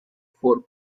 four